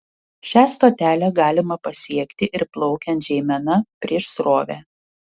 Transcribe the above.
šią stotelę galima pasiekti ir plaukiant žeimena prieš srovę